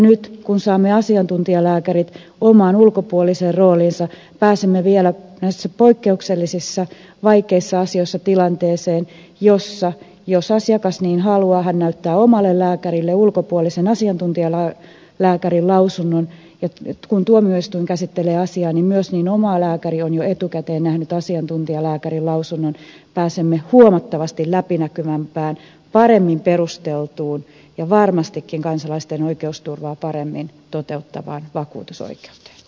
nyt kun saamme asiantuntijalääkärit omaan ulkopuoliseen rooliinsa pääsemme vielä näissä poikkeuksellisissa vaikeissa asioissa tilanteeseen jossa jos asiakas niin haluaa hän näyttää omalle lääkärilleen ulkopuolisen asiantuntijalääkärin lausunnon ja kun tuomioistuin käsittelee asiaa niin myös oma lääkäri on jo etukäteen nähnyt asiantuntijalääkärin lausunnon jolloin pääsemme huomattavasti läpinäkyvämpään paremmin perusteltuun ja varmastikin kansalaisten oikeusturvaa paremmin toteuttavaan vakuutusoikeuteen